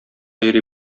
йөри